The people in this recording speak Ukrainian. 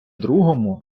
другому